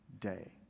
day